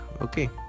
Okay